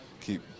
keep